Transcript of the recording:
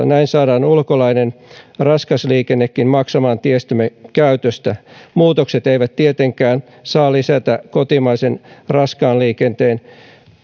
näin saadaan ulkolainen raskas liikennekin maksamaan tiestömme käytöstä muutokset eivät tietenkään saa lisätä kotimaisen raskaan liikenteen